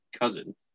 cousin